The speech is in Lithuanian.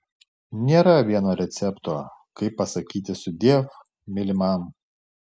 nėra vieno recepto kaip pasakyti sudiev mylimam